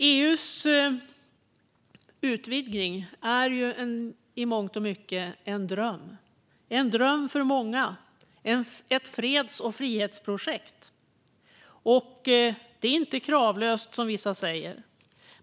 EU:s utvidgning är i mångt och mycket en dröm för många. Det är ett freds och frihetsprojekt. Detta är inte kravlöst, som vissa säger.